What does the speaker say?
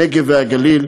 הנגב והגליל,